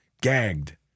gagged